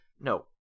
no